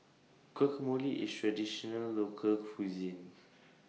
Guacamole IS A Traditional Local Cuisine